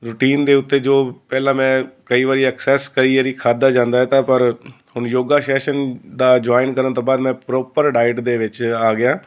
routine ਦੇ ਉੱਤੇ ਜੋ ਪਹਿਲਾਂ ਮੈਂ ਕਈ ਵਾਰ ਐਕਸੈਸ ਕਈ ਵਾਰ ਖਾਧਾ ਜਾਂਦਾ ਤਾਂ ਪਰ ਹੁਣ ਯੋਗਾ ਸੈਸ਼ਨ ਦਾ ਜੁਆਇਨ ਕਰਨ ਤੋਂ ਬਾਅਦ ਮੈਂ ਪ੍ਰੋਪਰ ਡਾਇਟ ਦੇ ਵਿੱਚ ਆ ਗਿਆ